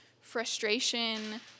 frustration